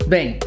Bem